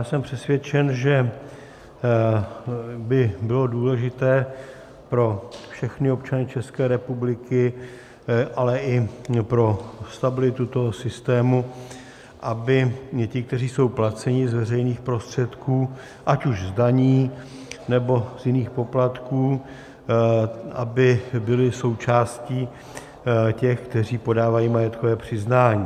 Jsem přesvědčen, že by bylo důležité pro všechny občany České republiky, ale i pro stabilitu toho systému, aby i ti, kteří jsou placeni z veřejných prostředků, ať už z daní, nebo jiných poplatků, byli součástí těch, kteří podávají majetkové přiznání.